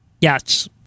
Yes